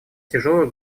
тяжелую